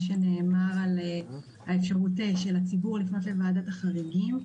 שנאמר על האפשרות של הציבור לפנות לוועדת החריגים,